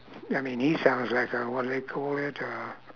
I mean he sounds like a what do they call it uh